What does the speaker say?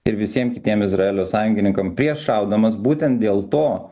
ir visiem kitiem izraelio sąjungininkam prieš šaudamas būtent dėl to